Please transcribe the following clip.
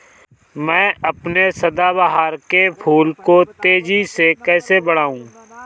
मैं अपने सदाबहार के फूल को तेजी से कैसे बढाऊं?